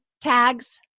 tags